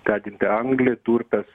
deginti anglį durpes